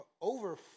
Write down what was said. over